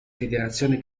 federazione